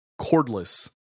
cordless